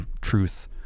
truth